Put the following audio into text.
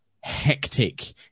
hectic